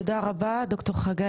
תודה רבה, ד"ר חגי.